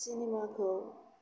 सिनेमाखौ